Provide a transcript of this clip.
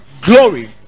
glory